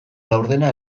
laurdena